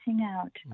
out